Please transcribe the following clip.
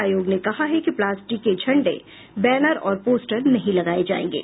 आयोग ने कहा है कि प्लास्टिक के झंडे बैनर और पोस्टर नहीं लगाये जायेंगे